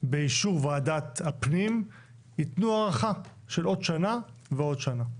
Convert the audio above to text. באישור ועדת הפנים יתנו הארכה של עוד שנה ועוד שנה.